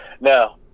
now